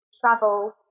travel